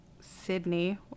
Sydney